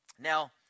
Now